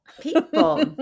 People